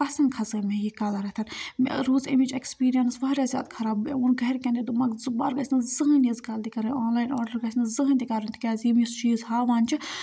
پَسنٛد کھَژٲے مےٚ یہِ کَلَر اَتھ مےٚ روٗز أمِچ اٮ۪کٕسپیٖریَنٕس واریاہ زیادٕ خراب مےٚ ووٚن گَرِکٮ۪ن تہِ دوٚپمَکھ دُبارٕ گژھِ نہٕ زٕہٕنۍ یِژھ غلطی کَرٕنۍ آن لاین آڈَر گژھِ نہٕ زٕہٕنۍ تہِ کَرُن تِکیٛازِکہِ یِم یُس چیٖز ہاوان چھِ